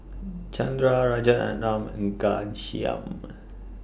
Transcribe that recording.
Chandra Rajaratnam and Ghanshyam